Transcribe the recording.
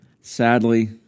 Sadly